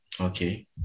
Okay